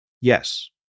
Yes